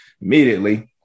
immediately